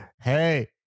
hey